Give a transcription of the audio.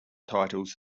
titles